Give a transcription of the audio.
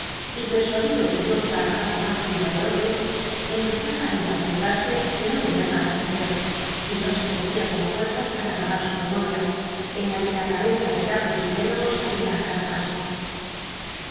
y pel'suadido que yo trabajaba mas que un galeote empezaba á impacientarse de no tener nada que hacer y no se sentía on fuerzas para acabar su memoria en la que la cabeza de cárlos salia i cada paso